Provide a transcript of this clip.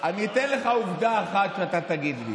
ואתה תגיד לי.